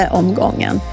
omgången